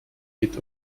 geht